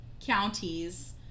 counties